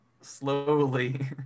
slowly